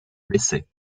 bessay